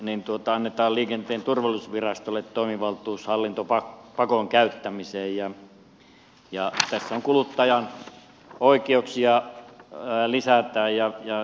tässä esityksessä annetaan liikenteen turvallisuusvirastolle toimivaltuus hallintopakon käyttämiseen ja tässä kuluttajan oikeuksia lisätään